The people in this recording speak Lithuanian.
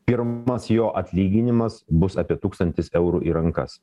pirmas jo atlyginimas bus apie tūkstantis eurų į rankas